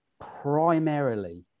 primarily